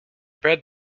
bred